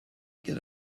get